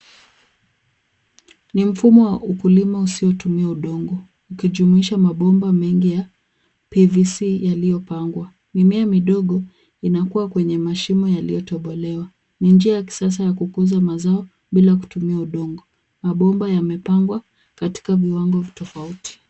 Ni mfumo wa ukulima usiotumia udongo ukijumuisha mabomba mengi ya PVC yaliyopangwa. Mimea midogo inakua kwenye mashimo yaliyotobolewa ,ni njia ya kisasa ya kukuza mazao bila kutumia udongo. Mabomba yamepangwa katika viwango tofauti.